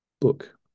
book